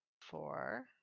four